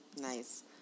Nice